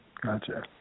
Gotcha